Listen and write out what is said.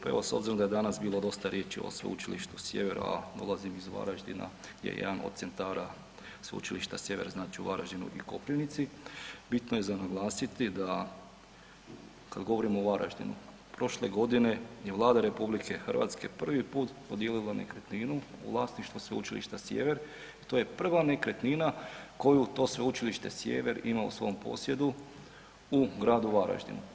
Pa evo s obzirom da je danas bilo dosta riječ o Sveučilištu Sjever, a dolazim iz Varaždina je jedan od centara Sveučilišta Sjever znači u Varaždinu i Koprivnici, bitno je za naglasiti da kada govorimo o Varaždinu, prošle godine je Vlada RH prvi put podijelila nekretninu u vlasništvu Sveučilišta Sjever i to je prva nekretnina koju to Sveučilište Sjever ima u svom posjedu u gradu Varaždinu.